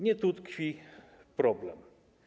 Nie tu tkwi problem.